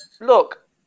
Look